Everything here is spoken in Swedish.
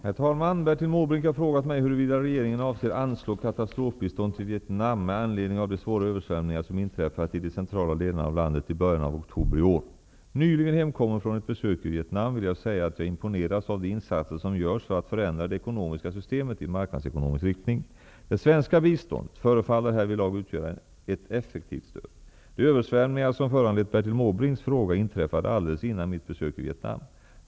Herr talman! Bertil Måbrink har frågat mig huruvida regeringen avser anslå katastrofbistånd till Vietnam med anledning av de svåra översvämningar som inträffat i de centrala delarna av landet i början av oktober i år. Nyligen hemkommen från ett besök i Vietnam, vill jag säga att jag imponeras av de insatser som görs för att förändra det ekonomiska systemet i marknadsekonomisk riktning. Det svenska biståndet förefaller härvidlag utgöra ett effektivt stöd. De översvämningar som föranlett Bertil Måbrinks fråga inträffade alldeles innan mitt besök i Vietnam.